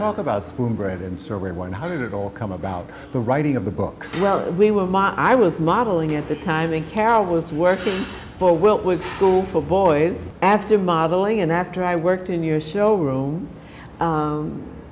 talk about spoon bread and server and one hundred all come about the writing of the book well we were i was modeling at the time and kara was working for well with school for boys after modeling and after i worked in your show room